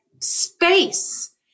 space